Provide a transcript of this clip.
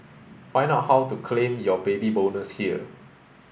find out how to claim your Baby Bonus here